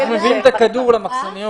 לומדים את החומר.